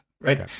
right